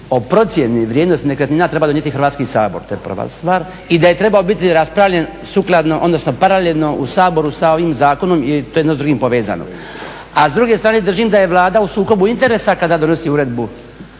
o procjeni vrijednosti nekretnina treba donijeti Hrvatski sabor to je prva stvar i da je trebao biti raspravljen sukladno, odnosno paralelno u Saboru sa ovim zakonom jer to je jedno s drugim povezano. A s druge strane držim da je Vlada u sukobu interesa kada donosi uredbu